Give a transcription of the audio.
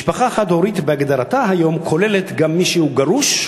משפחה חד-הורית בהגדרתה היום כוללת גם מי שהוא גרוש,